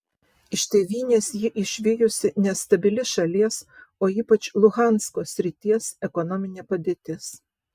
iš tėvynės jį išvijusi nestabili šalies o ypač luhansko srities ekonominė padėtis